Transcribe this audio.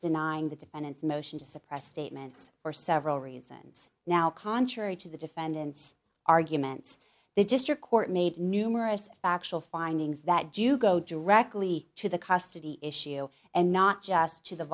denying the defendants motion to suppress statements for several reasons now contrary to the defendant's arguments the district court made numerous factual findings that do go directly to the custody issue and not just to the